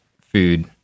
food